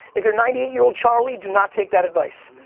if you're ninety eight year old charlie do not take that advice.